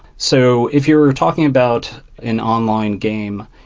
so if you're talking about an online game.